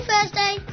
Thursday